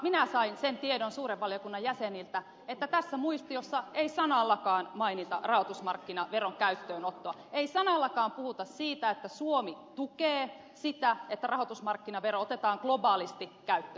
minä sain sen tiedon suuren valiokunnan jäseniltä että tässä muistiossa ei sanallakaan mainita rahoitusmarkkinaveron käyttöönottoa ei sanallakaan puhuta siitä että suomi tukee sitä että rahoitusmarkkinavero otetaan globaalisti käyttöön